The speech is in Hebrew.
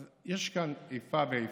אז יש כאן איפה ואיפה,